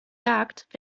jagd